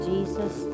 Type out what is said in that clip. Jesus